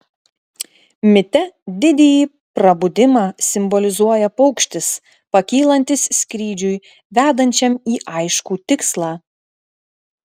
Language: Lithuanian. mite didįjį prabudimą simbolizuoja paukštis pakylantis skrydžiui vedančiam į aiškų tikslą